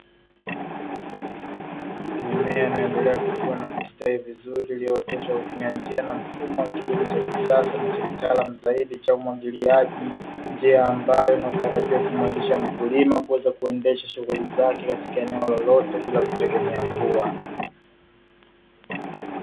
Mimea inaendelea kukua na kustawi vizuri iliyooteshwa kwa kutumia njia na mfumo wa kilimo cha kisasa na cha kitaalamu zaidi cha umwagiliaji, njia ambayo inayotarajiwa kumwezesha mkulima kuweza kuendesha shughuli zake katika eneo lolote bila kutegemea mvua.